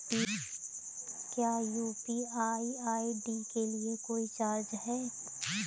क्या UPI ID के लिए कोई चार्ज है?